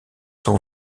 son